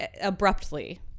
abruptly